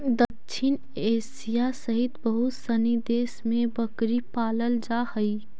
दक्षिण एशिया सहित बहुत सनी देश में बकरी पालल जा हइ